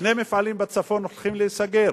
שני מפעלים בצפון הולכים להיסגר.